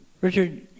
Richard